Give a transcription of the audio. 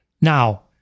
Now